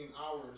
hours